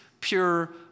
pure